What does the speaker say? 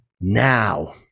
now